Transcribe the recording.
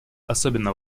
особенно